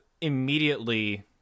immediately